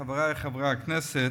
חברי חברי הכנסת,